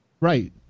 Right